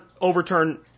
overturn